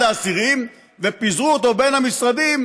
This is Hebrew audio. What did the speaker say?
האסירים ופיזרו אותו בין המשרדים,